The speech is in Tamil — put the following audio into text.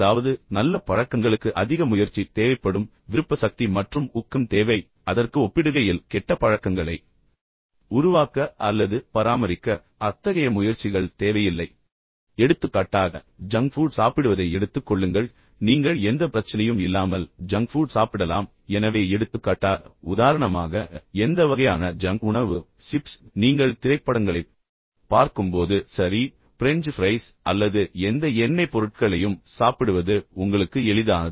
அதாவது நல்ல பழக்கங்களுக்கு அதிக முயற்சி தேவைப்படும் விருப்ப சக்தி மற்றும் ஊக்கம் தேவை அதற்கு ஒப்பிடுகையில் கெட்ட பழக்கங்களை உருவாக்க அல்லது பராமரிக்க அத்தகைய முயற்சிகள் தேவையில்லை எடுத்துக்காட்டாக ஜங்க் ஃபுட் சாப்பிடுவதை எடுத்துக் கொள்ளுங்கள் நீங்கள் எந்த பிரச்சனையும் இல்லாமல் ஜங்க் ஃபுட் சாப்பிடலாம் எனவே எடுத்துக்காட்டாக உதாரணமாக எந்த வகையான ஜங்க் உணவு சிப்ஸ் நீங்கள் திரைப்படங்களைப் பார்க்கும்போது சரி பிரெஞ்சு ஃபிரைஸ் அல்லது எந்த எண்ணெய் பொருட்களையும் சாப்பிடுவது உங்களுக்கு எளிதானது